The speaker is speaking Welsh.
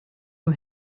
nhw